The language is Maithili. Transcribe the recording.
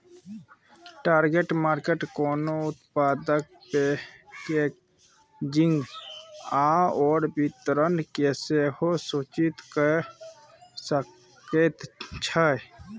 टारगेट मार्केट कोनो उत्पादक पैकेजिंग आओर वितरणकेँ सेहो सूचित कए सकैत छै